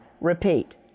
Repeat